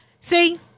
See